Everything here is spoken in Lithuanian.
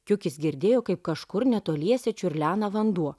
kiukis girdėjo kaip kažkur netoliese čiurlena vanduo